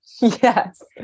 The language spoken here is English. Yes